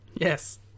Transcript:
Yes